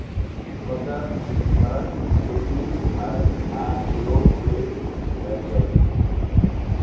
बदर फरक खेती भारत आ युरोप मे कएल जाइ छै